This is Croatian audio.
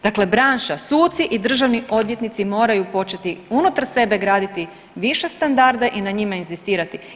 Dakle, branša, suci i državni odvjetnici moraju početi unutar sebe graditi više standarda i na njima inzistirati.